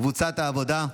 קבוצת סיעת העבודה,